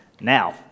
Now